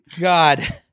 God